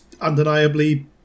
undeniably